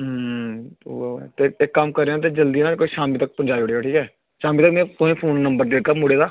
ते ओह् ऐ ते इक्क कम्म करेओ ते जल्दी ना कोई शामीं तक पजाई ओड़ेओ ठीक ऐ शामी तग्गर नि में तुसें फोन नंबर देगा मुड़े दा